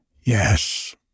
Yes